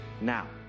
now